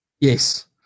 Yes